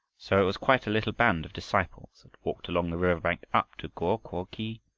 so it was quite a little band of disciples that walked along the river bank up to go-ko-khi.